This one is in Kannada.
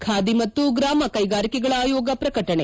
ಖಾದಿ ಮತ್ತು ಗ್ರಾಮ ಕೈಗಾರಿಕೆಗಳ ಆಯೋಗ ಪ್ರಕಟಣೆ